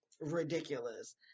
ridiculous